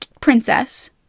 princess